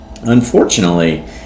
Unfortunately